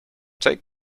take